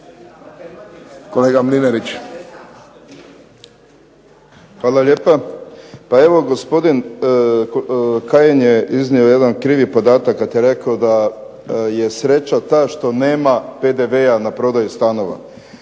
Petar (HDZ)** Hvala lijepa. Pa evo gospodin je iznio jedan krivi podatak kada je rekao da je sreća ta što nema PDV-a na prodaju stanova.